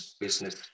business